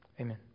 Amen